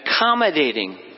accommodating